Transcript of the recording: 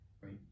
right